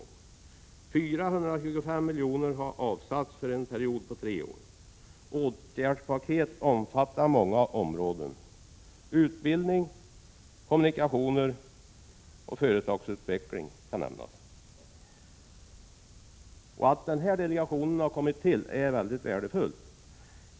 Totalt 425 milj.kr. har avsatts för en period på tre år. Åtgärdspaketet omfattar många områden. Utbildning, kommunikationer och företagsutveckling kan nämnas. Det är mycket värdefullt att delegationen har tillkommit.